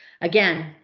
again